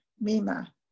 Mima